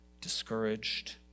discouraged